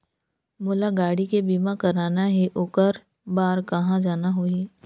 मोला गाड़ी के बीमा कराना हे ओकर बार कहा जाना होही?